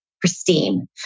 pristine